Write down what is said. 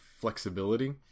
flexibility